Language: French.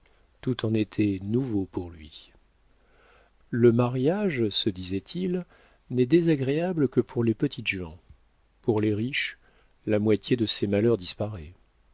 tout en était nouveau pour lui le mariage se disait-il n'est désagréable que pour les petites gens pour les riches la moitié de ses malheurs disparaît